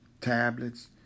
tablets